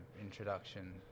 introduction